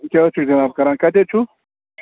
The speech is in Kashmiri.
کیٛاہ حظ چھُ جناب کَران کتہِ حظ چھُو